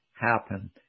happen